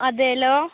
അതെയല്ലോ